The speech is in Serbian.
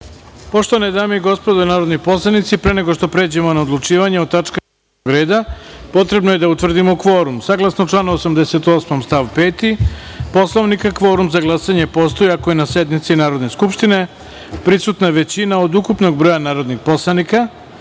sazivu. Poštovane dame i gospodo narodni poslanici, pre nego što pređemo na odlučivanje o tačkama dnevnog reda, potrebno je da utvrdimo kvorum. Saglasno članu 88. stav 5. Poslovnika, kvorum za glasanje postoji ako je na sednici Narodne skupštine prisutna većina od ukupnog broja narodnih poslanika. Molim